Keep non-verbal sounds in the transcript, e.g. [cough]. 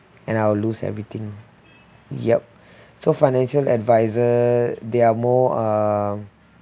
and I will lose everything yup [breath] so financial advisor they are more um